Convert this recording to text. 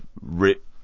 rip